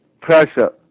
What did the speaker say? pressure